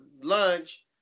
lunch